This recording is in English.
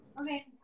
Okay